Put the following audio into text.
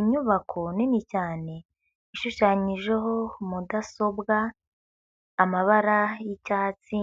inyubako nini cyane ishushanyijeho mudasobwa, amabara y'icyatsi.